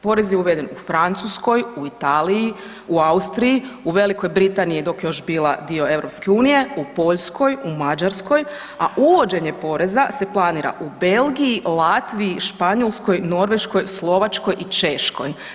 Porez je uveden u Francuskoj, u Italiji, u Austriji, u Velikoj Britaniji, dok je još bila dio EU, u Poljskoj, u Mađarskoj, a uvođenje poreza se planira u Belgiji, Latviji, Španjolskoj, Norveškoj, Slovačkoj i Češkoj.